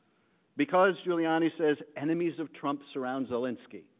because giuliani says enemies of trump's round zelensky.